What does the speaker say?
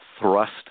thrust